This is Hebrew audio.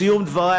בסיום דברי,